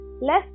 less